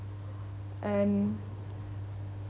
and